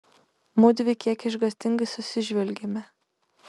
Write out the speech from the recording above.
mudvi kiek išgąstingai susižvelgėme